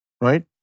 Right